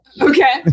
Okay